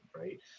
right